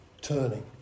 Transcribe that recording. Turning